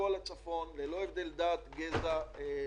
מכול הצפון, ללא הבדל דת, גזע ומין,